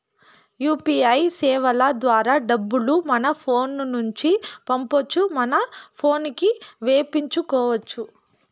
UPI సేవల ద్వారా డబ్బులు మన ఫోను నుండి పంపొచ్చు మన పోనుకి వేపించుకొచ్చు